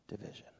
division